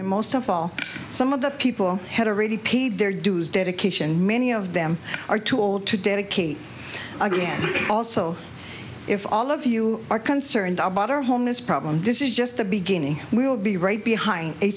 and most of all some of the people had already paid their dues dedication many of them are too old to dedicate again also if all of you are concerned about our homeless problem this is just the beginning we will be right behind a